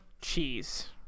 cheese